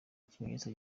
ikimenyetso